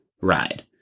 ride